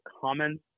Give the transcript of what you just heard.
comments